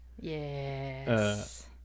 Yes